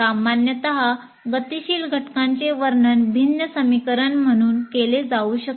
सामान्यत गतिशील घटकाचे वर्णन भिन्न समीकरण म्हणून केले जाऊ शकते